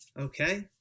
Okay